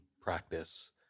practice